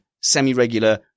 semi-regular